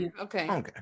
okay